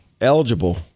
eligible